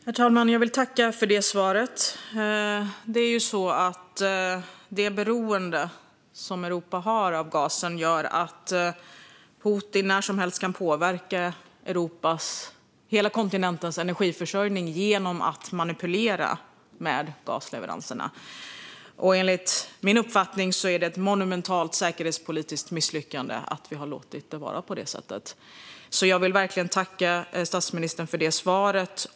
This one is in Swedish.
Herr talman! Jag vill tacka för det svaret. Det är ju så att Europas beroende av gasen innebär att Putin när som helst kan påverka hela den europeiska kontinentens energiförsörjning genom att manipulera gasleveranserna. Enligt min uppfattning är det ett monumentalt säkerhetspolitiskt misslyckande att vi har låtit det vara på det sättet. Jag vill därför verkligen tacka statsministern för det svaret.